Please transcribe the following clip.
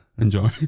Enjoy